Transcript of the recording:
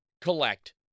collect